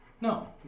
No